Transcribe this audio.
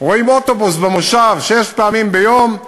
רואים אוטובוס במושב שש פעמים ביום.